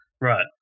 Right